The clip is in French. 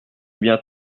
bien